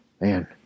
man